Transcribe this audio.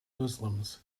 muslims